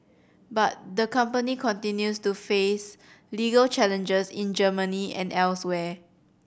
but the company continues to face legal challenges in Germany and elsewhere